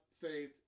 faith